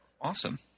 Awesome